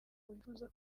wifuza